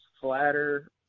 flatter